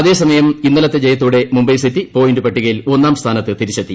അതേസമയം ഇന്നലത്തെ ജയത്തോടെ മുംബൈ സിറ്റി പോയിന്റ് പട്ടികയിൽ ഒന്നാം സ്ഥാനത്ത് തിരിച്ചെത്തി